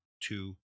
two